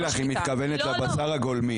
אני אגיד לך, היא מתכוונת לבשר הגולמי.